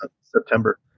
September